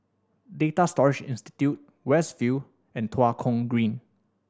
Data Storage Institute West View and Tua Kong Green